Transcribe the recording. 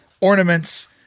ornaments